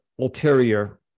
ulterior